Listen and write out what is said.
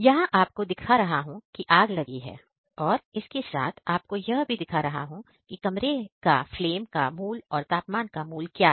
यहां आपको दिखा रहा है कि आग लगी है और इसके साथ आपको यह भी दिखा रहा है कि कमरे का फ्लेम का मूल्य और तापमान का मूल्य क्या है